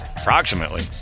approximately